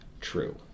true